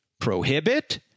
Prohibit